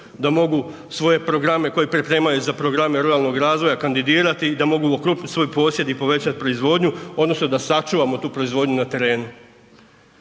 da mogu svoje programe koji pripremaju za programe ruralnog razvoja kandidirati, da mogu okrupnit svoj posjed i povećat proizvodnju odnosno da sačuvamo tu proizvodnju na terenu.